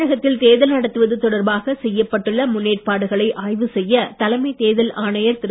ஆணைர் வருகை தமிழகத்தில் தேர்தல் நடத்துவது தொடர்பாக செய்யப்பட்டுள்ள முன்னேற்பாடுகளை ஆய்வு செய்ய தலைமை தேர்தல் ஆணையர் திரு